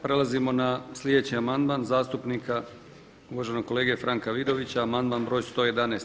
Prelazimo na sljedeći amandman zastupnika uvaženog kolege Franka Vidovića, amandman broj 111.